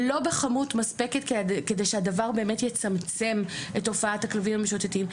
לא בכמות מספקת כדי שהדבר באמת יצמצם את תופעת הכלבים המשוטטים,